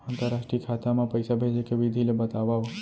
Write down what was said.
अंतरराष्ट्रीय खाता मा पइसा भेजे के विधि ला बतावव?